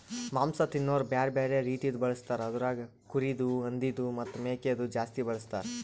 ಮಾಂಸ ತಿನೋರು ಬ್ಯಾರೆ ಬ್ಯಾರೆ ರೀತಿದು ಬಳಸ್ತಾರ್ ಅದುರಾಗ್ ಕುರಿದು, ಹಂದಿದು ಮತ್ತ್ ಮೇಕೆದು ಜಾಸ್ತಿ ಬಳಸ್ತಾರ್